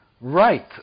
Right